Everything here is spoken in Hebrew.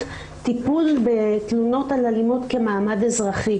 טיפול בתלונות על אלימות כמעמד אזרחי.